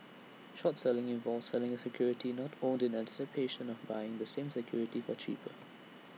short selling involves selling A security not owned in anticipation of buying the same security for cheaper